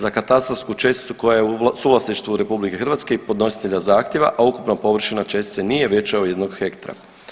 Za katastarsku česticu koja je u suvlasništvu RH i podnositelja zahtjeva, a ukupna površina čestice nije veća od 1 hektra.